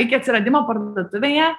iki atsiradimo parduotuvėje